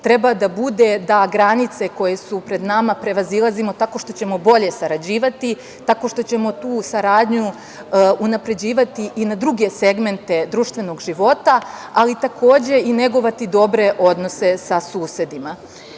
treba da bude da granice koje su pred nama prevazilazimo tako što ćemo bolje sarađivati, tako što ćemo tu saradnju unapređivati i na druge segmente društvenog života, ali takođe i negovati dobre odnose sa susedima. Ovaj